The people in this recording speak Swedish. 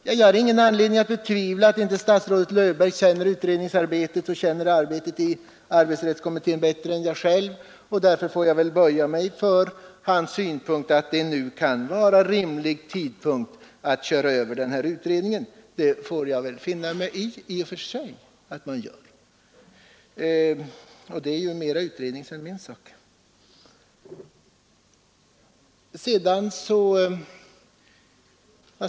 Jag har ingen anledning betvivla att statsrådet Löfberg känner utredningsarbetets läge och arbetet i arbetsrättskommittén bättre än jag själv gör, och därför får jag väl böja mig för hans åsikt, att tiden nu kan vara lämplig att köra över den här utredningen. I och för sig får jag väl finna mig i att man gör det; det är ju utredningens sak mera än min.